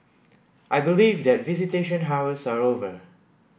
I believe that visitation hours are over